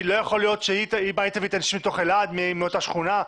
לא יכול להיות שהיא תביא את האנשים מתוך אלעד מאותה שכונה.